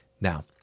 now